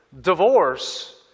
divorce